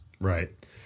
Right